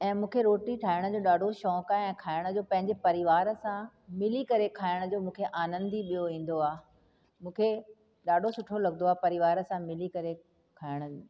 ऐं मूंखे रोटी ठाहिण जो ॾाढो शौंक़ु आहे ऐं खाइण जो पंहिंजे परिवार सां मिली करे खाइण जो मूंखे आनंद ई ॿियो ईंदो आहे मूंखे ॾाढो सुठो लॻंदो आहे परिवार सां मिली करे खाइणु